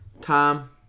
Tom